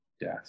death